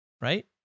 right